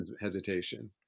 hesitation